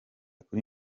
kuri